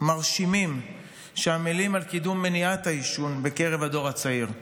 ומרשימים שעמלים על קידום מניעת העישון בקרב הדור הצעיר.